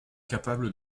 capable